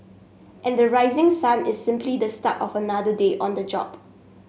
and the rising sun is simply the start of another day on the job